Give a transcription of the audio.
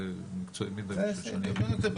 זה מקצועי מדי בשביל שאני אבין את זה.